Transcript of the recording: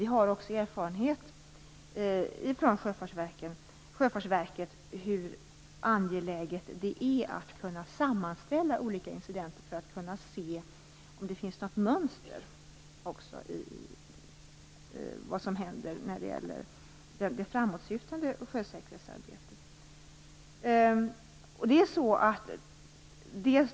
Vi har också erfarenhet från Sjöfartsverket av hur angeläget det är att kunna sammanställa olika incidenter för att se om det finns något mönster i vad som händer när det gäller det framåtsyftande sjösäkerhetsarbetet.